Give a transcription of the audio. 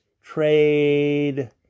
trade